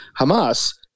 Hamas